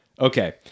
Okay